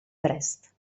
brest